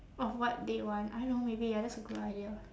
of what they want I know maybe ya that's a good idea